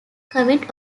comment